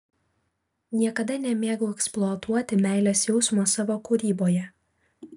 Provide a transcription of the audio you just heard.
niekada nemėgau eksploatuoti meilės jausmo savo kūryboje